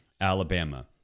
Alabama